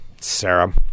Sarah